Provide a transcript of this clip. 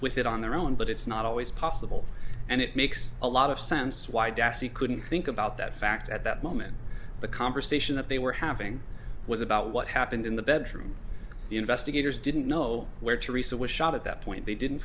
with it on their own but it's not always possible and it makes a lot of sense why dessie couldn't think about that fact at that moment the conversation that they were having was about what happened in the bedroom the investigators didn't know where to reset was shot at that point they didn't